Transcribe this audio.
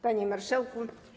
Panie Marszałku!